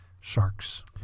sharks